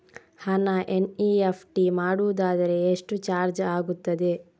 ಹಣ ಎನ್.ಇ.ಎಫ್.ಟಿ ಮಾಡುವುದಾದರೆ ಎಷ್ಟು ಚಾರ್ಜ್ ಆಗುತ್ತದೆ?